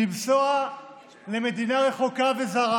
לנסוע למדינה רחוקה וזרה,